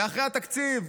אחרי התקציב.